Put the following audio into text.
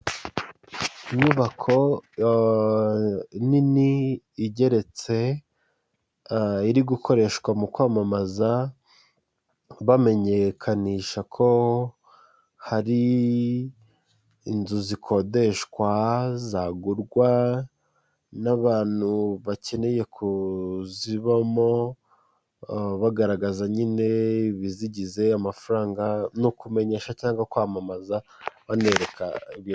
Inyubako nini igeretse iri gukoreshwa mu kwamamaza bamenyekanisha ko hari inzu zikodeshwa zagurwa n'abantu bakeneye kuzibamo bagaragaza nyine ibizigize amafaranga ni ukumenyesha cyangwa kwamamaza banereka